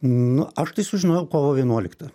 nu aš tai sužinojau kovo vienuoliktą